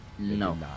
no